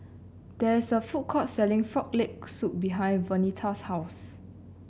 there is a food court selling Frog Leg Soup behind Vernita's house